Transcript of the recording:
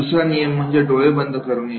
दुसरा नियम म्हणजे डोळे बंद करणे